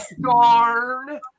darn